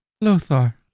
Lothar